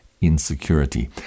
insecurity